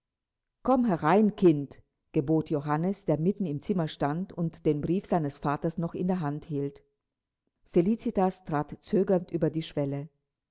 komm herein kind gebot johannes der mitten im zimmer stand und den brief seines vaters noch in der hand hielt felicitas trat zögernd über die schwelle